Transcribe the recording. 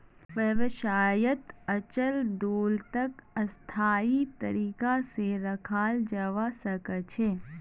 व्यवसायत अचल दोलतक स्थायी तरीका से रखाल जवा सक छे